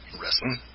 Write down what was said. wrestling